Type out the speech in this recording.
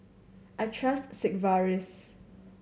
I trust Sigvaris